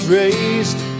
raised